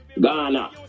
Ghana